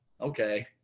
okay